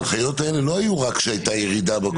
ההנחיות האלה לא היו רק כשהייתה ירידה בקורונה.